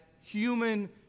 human